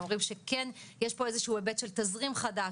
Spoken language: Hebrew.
הם אומרים שכן יש פה איזשהו היבט של תזרים חדש,